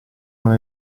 non